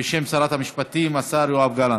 בשם שרת המשפטים, השר יואב גלנט.